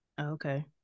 Okay